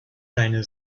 deine